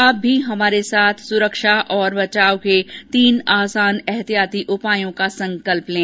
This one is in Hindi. आप भी हमारे साथ सुरक्षा और बचाव के तीन आसान एहतियाती उपायों का संकल्प लें